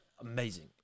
Amazing